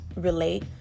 relate